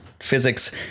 Physics